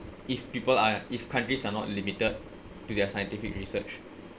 if people are if countries are not limited to their scientific research